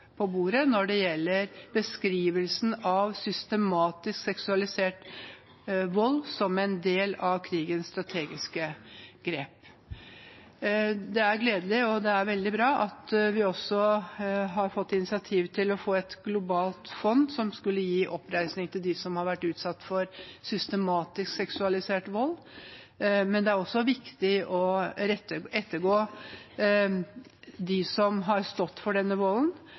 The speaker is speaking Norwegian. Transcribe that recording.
på bordet når det gjelder beskrivelsen av systematisk seksualisert vold som en del av krigens strategiske grep. Det er gledelig, det er veldig bra, at vi også har fått initiativ til å få et globalt fond som skal gi oppreisning til dem som har vært utsatt for systematisk seksualisert vold, men det er også viktig å ettergå dem som har stått for denne